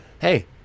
Hey